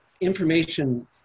information